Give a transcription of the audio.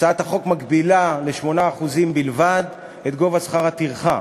הצעת החוק מגבילה ל-8% בלבד את גובה שכר הטרחה.